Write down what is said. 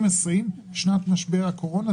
שנת משבר הקורונה,